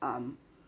um